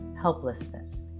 helplessness